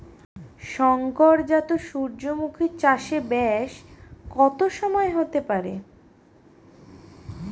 শংকর জাত সূর্যমুখী চাসে ব্যাস কত সময় হতে পারে?